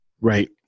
Right